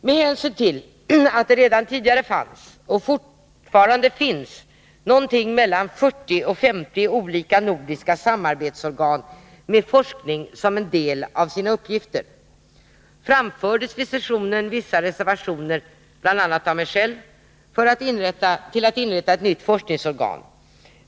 Med hänsyn till att det redan tidigare fanns och fortfarande finns mellan 40 och 50 olika nordiska samarbetsorgan med forskning som en del av sina uppgifter framfördes vid sessionen vissa reservationer, bl.a. av mig själv, mot att inrätta ett nytt forskningsorgan.